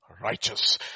Righteous